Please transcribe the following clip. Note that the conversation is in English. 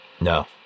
No